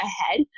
ahead